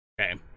Okay